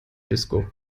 disco